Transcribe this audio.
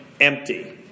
empty